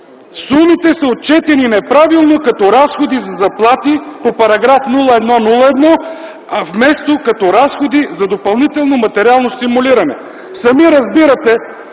„Сумите са отчетени неправилно като разходи за заплати по § 01.01, вместо като разходи за допълнително материално стимулиране.” Сами разбирате,